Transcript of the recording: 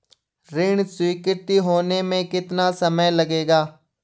ऋण स्वीकृति होने में कितना समय लगेगा?